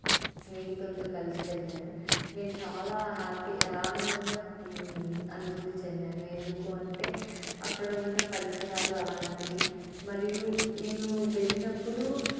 స్నేహితులతో కలిసి వెళ్ళాను నేను చాలా హ్యాప్పీ ఆనందంగా అనుభూతి చెందాను ఎందుకు అంటే అక్కడ ఉన్న పరిసరాలు అలాంటివి మరియు నేను వెళ్ళినప్పుడు